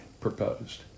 proposed